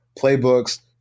playbooks